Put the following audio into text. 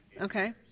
Okay